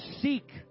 seek